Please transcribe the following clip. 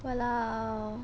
!walao!